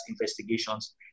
investigations